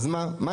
אז מה?